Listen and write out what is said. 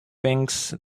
things